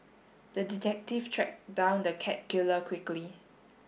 the detective tracked down the cat killer quickly